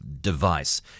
device